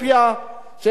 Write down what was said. שהם ימחו,